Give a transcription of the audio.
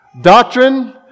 Doctrine